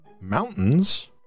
mountains